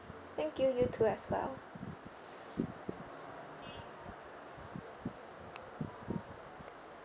thank you you too as well